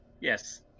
Yes